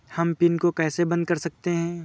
हम पिन को कैसे बंद कर सकते हैं?